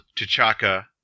T'Chaka